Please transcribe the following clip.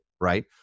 right